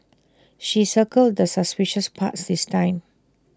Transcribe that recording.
she circled the suspicious parts this time